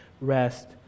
rest